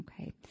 okay